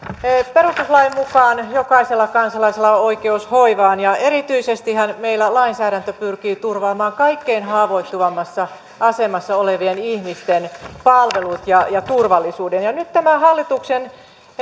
perustuslain mukaan jokaisella kansalaisella on oikeus hoivaan ja erityisestihän meillä lainsäädäntö pyrkii turvaamaan kaikkein haavoittuvimmassa asemassa olevien ihmisten palvelut ja ja turvallisuuden nyt tämä hallituksen